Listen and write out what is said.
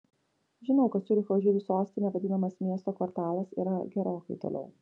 žinau kad ciuricho žydų sostine vadinamas miesto kvartalas yra gerokai toliau